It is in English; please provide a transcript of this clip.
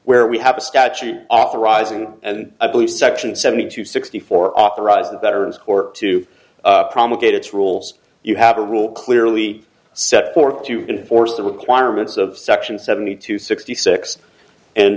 where we have a statute authorizing and i believe section seventy two sixty four authorized veterans or to promulgated rules you have a rule clearly set forth to enforce the requirements of section seventy two sixty six and